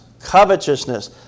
Covetousness